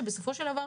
שבסופו של דבר,